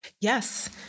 Yes